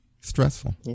stressful